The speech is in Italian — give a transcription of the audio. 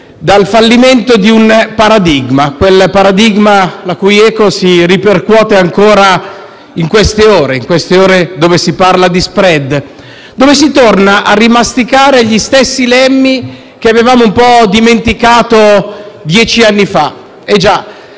dal fallimento di un paradigma, quel paradigma la cui eco si ripercuote ancora in queste ore in cui si parla di *spread*, in cui si torna a rimasticare gli stessi lemmi che avevamo un po' dimenticato dieci anni fa.